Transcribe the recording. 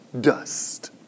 dust